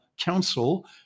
Council